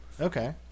okay